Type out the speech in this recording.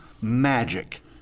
magic